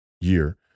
year